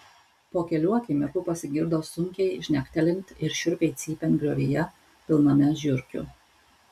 po kelių akimirkų pasigirdo sunkiai žnektelint ir šiurpiai cypiant griovyje pilname žiurkių